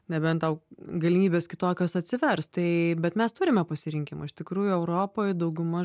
nebent tau galimybės kitokios atsivers tai bet mes turime pasirinkimą iš tikrųjų europoj dauguma